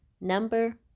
number